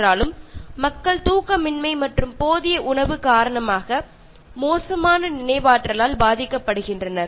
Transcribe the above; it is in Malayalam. ആൾക്കാരിൽ ഉറക്കമില്ലായ്മയും പോഷകാഹാരക്കുറവും കാരണം ഓർമ്മശക്തി കുറയുന്നത് സാധാരണമാണ്